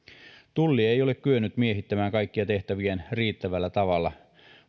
tulli ei ole kyennyt miehittämään kaikkia tehtäviään riittävällä tavalla